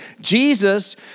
Jesus